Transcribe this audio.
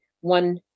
one